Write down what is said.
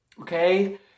okay